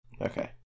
Okay